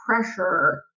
pressure